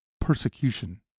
persecution